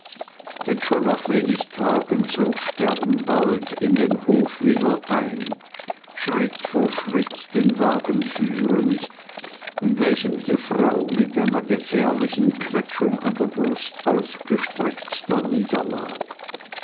denn schon nach wenig tagen zog sternbald in den hof wieder ein schritt vor schritt den wagen führend in welchem die frau mit einer gefährlichen quetschung an der brust ausgestreckt